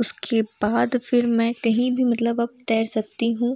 उसके बाद फ़िर मैं कहीं भी मतलब अब तैर सकती हूँ